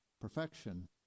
perfection